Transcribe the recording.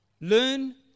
Learn